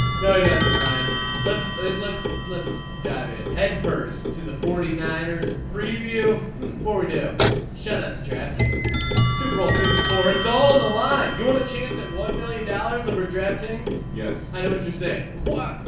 no he doesn't run. let's let's let's dive in headfirst to the forty niners preview for we do chat up to draft kings super bowl fifty four it's all on the line. you want a chance at one million dollars over draft kings. yes i know what you're saying. what.